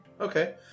Okay